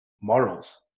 morals